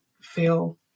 feel